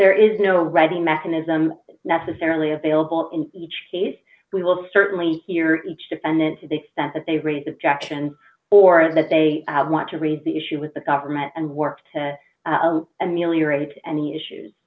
there is no ready mechanism necessarily available in each case we will certainly hear each defendant to the extent that they raise objections or that they want to raise the issue with the government and work to ameliorate any issues